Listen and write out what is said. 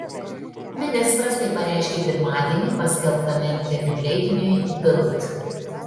ministras tai pareiškė pirmadienį paskelbtame interviu leidiniui bild